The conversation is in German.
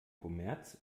kommerz